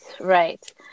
Right